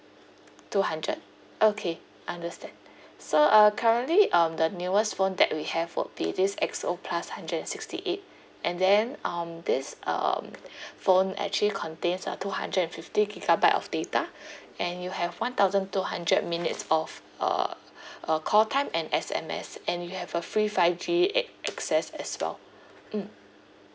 two hundred okay understand so uh currently um the newest phone that we have would be this X O plus hundred and sixty eight and then um this um phone actually contains uh two hundred and fifty gigabyte of data and you have one thousand two hundred minutes of uh uh call time and S_M_S and you have a free five G acc~ access as well mm